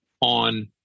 on